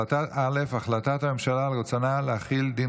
החלטה א': החלטת הממשלה על רצונה להחיל דין